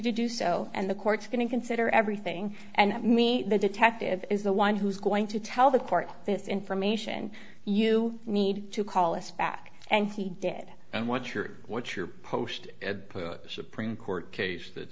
to do so and the court's going to consider everything and me the detective is the one who's going to tell the court this information you need to call us back and he did and what your what your post put supreme court case that